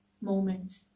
moment